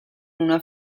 una